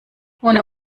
ohne